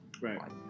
Right